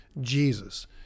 Jesus